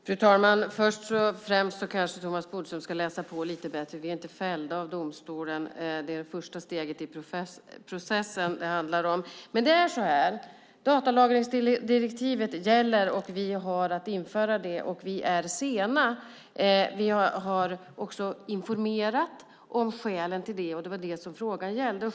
Fru talman! Thomas Bodström kanske ska läsa på lite bättre. Vi är inte fällda av domstolen, utan det är första steget i processen det handlar om. Datalagringsdirektivet gäller, vi har att införa det och vi är sena. Vi har informerat om skälet till det, vilket frågan gällde.